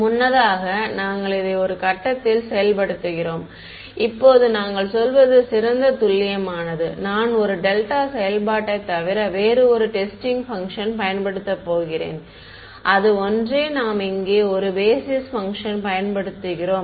முன்னதாக நாங்கள் இதை ஒரு கட்டத்தில் செயல்படுத்துகிறோம் இப்போது நாங்கள் சொல்வது சிறந்த துல்லியமானது நான் ஒரு டெல்டா செயல்பாட்டைத் தவிர வேறு ஒரு டெஸ்டிங் பங்க்ஷன் பயன்படுத்தப் போகிறேன் அது ஒன்றே நாம் இங்கே ஒரு பேஸிஸ் பங்க்ஷன் பயன்படுத்துகின்றோம்